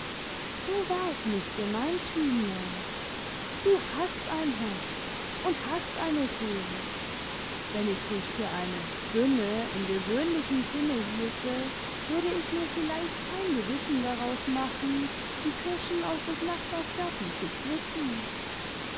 so war es nicht gemeint thymian du hast ein herz und hast eine seele wenn ich dich für eine dirne im gewöhnlichen sinne hielte würde ich mir vielleicht kein gewissen daraus machen die kirschen aus des nachbars garten zu pflücken